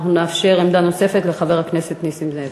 נאפשר עמדה נוספת לחבר הכנסת נסים זאב.